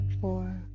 four